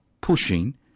pushing